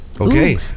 Okay